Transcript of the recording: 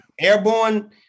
airborne